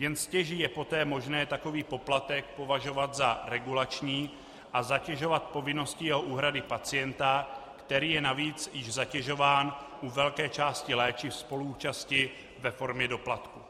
Jen stěží je poté možné takový poplatek považovat za regulační a zatěžovat povinností jeho úhrady pacienta, který je navíc již zatěžován u velké části léčiv spoluúčastí ve formě doplatků.